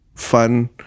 fun